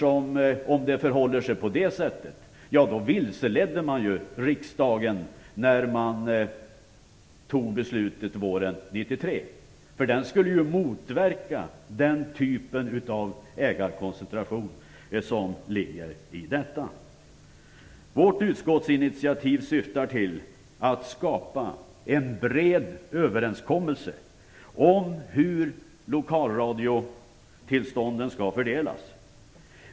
Om det förhåller sig på det sättet vilseleddes riksdagen när man fattade beslutet våren 1993. Lagen skulle ju motverka den typen av ägarkoncentration. Vårt utskottsinitiativ syftar till att skapa en bred överenskommelse om hur lokalradiotillstånden skall fördelas.